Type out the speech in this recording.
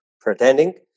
pretending